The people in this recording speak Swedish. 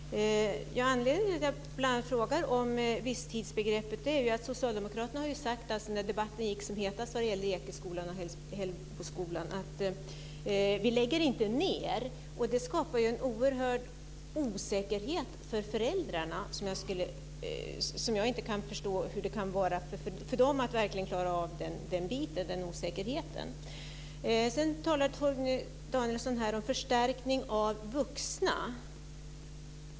Fru talman! Anledning till att jag bl.a. frågar om visstidsbegreppet är att när debatten gick som hetast om Ekeskolan och Hällsboskolan sade Socialdemokraterna att man inte lade ned. Det skapar ju en oerhörd osäkerhet för föräldrarna. Jag kan inte förstå hur de kan klara av den osäkerheten. Sedan talar Torgny Danielsson om förstärkning av vuxna.